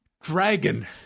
dragon